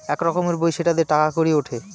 এক রকমের বই সেটা দিয়ে টাকা কড়ি উঠে